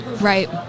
right